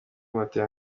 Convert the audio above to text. matela